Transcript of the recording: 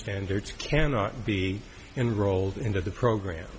standards cannot be enrolled into the program